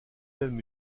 même